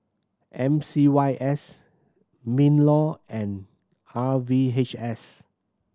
M C Y S MinLaw and R V H S